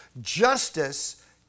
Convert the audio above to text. Justice